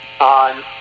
on